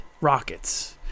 Rockets